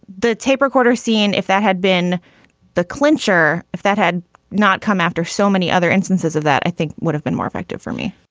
the tape recorder seeing if that had been the clincher. if that had not come after so many other instances of that, i think would have been more effective for me